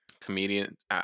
comedians